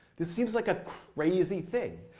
this seems like a crazy thing.